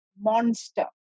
monster